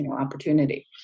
opportunity